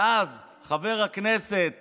ואז חבר הכנסת